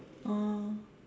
ah